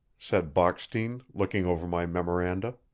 said bockstein, looking over my memoranda.